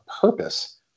purpose